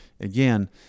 Again